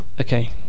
okay